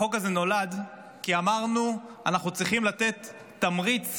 החוק הזה נולד כי אמרנו: אנחנו צריכים לתת תמריץ